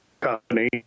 company